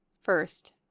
First